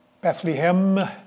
Bethlehem